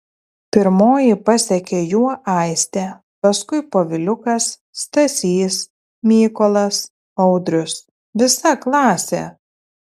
pirmoji pasekė juo aistė paskui poviliukas stasys mykolas audrius visa klasė